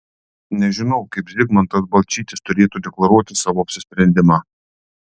nežinau kaip zigmantas balčytis turėtų deklaruoti savo apsisprendimą